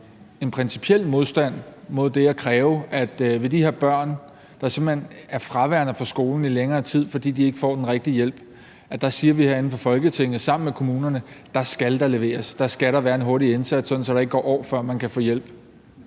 en principiel modstand mod at kræve, at hvad angår de her børn, der simpelt hen er fraværende fra skolen i længere tid, fordi de ikke får den rigtige hjælp, siger vi herinde fra Folketinget sammen med kommunerne, at der skal der leveres. Der skal der være en hurtig indsats, sådan at der ikke går år, før børnene kan få hjælp.